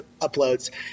uploads